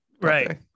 Right